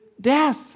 death